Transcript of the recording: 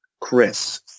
Chris